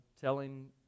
telling